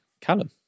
Callum